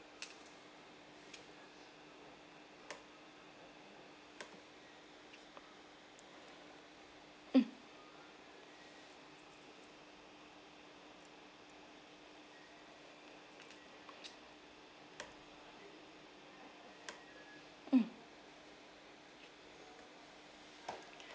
mm mm